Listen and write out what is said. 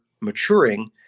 maturing